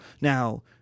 Now